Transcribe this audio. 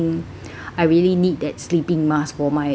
I really need that sleeping mask for my life